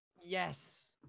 Yes